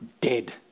dead